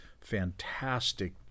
fantastic